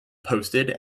posted